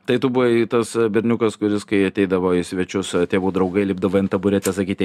tai tu buvai tas berniukas kuris kai ateidavo į svečius tėvų draugai lipdavai ant taburetės sakyti